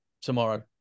tomorrow